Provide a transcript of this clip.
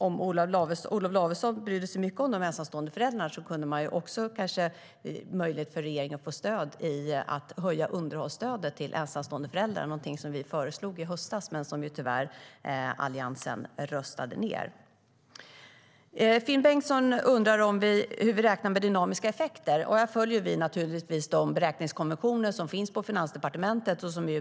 Om Olof Lavesson brydde sig mycket om de ensamstående föräldrarna kunde han kanske ge regeringen stöd när det gäller att höja underhållsstödet för ensamstående föräldrar, något vi föreslog i höstas men som tyvärr Alliansen röstade ned. Finn Bengtsson undrar hur vi räknar med dynamiska effekter. Här följer vi naturligtvis de beräkningskonventioner som finns på Finansdepartementet.